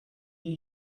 you